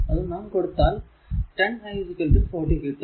അത് നാം കൊടുത്താൽ 10 i 40 കിട്ടും